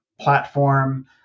Platform